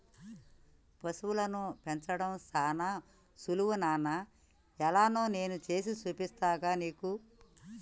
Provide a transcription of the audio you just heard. పశువులను పెంచడం సానా సులువు నాన్న ఎలానో నేను సేసి చూపిస్తాగా నీకు